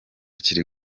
kiri